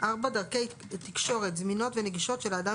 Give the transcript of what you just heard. (4)דרכי תקשורת זמינות ונגישות של האדם